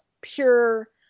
pure